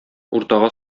уртага